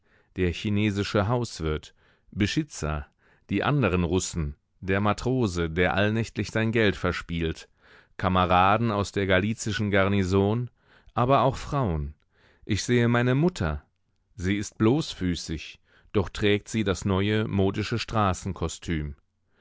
der chinesische hauswirt beschitzer die anderen russen der matrose der allnächtlich sein geld verspielt kameraden aus der galizischen garnison aber auch frauen ich sehe meine mutter sie ist bloßfüßig doch trägt sie das neue modische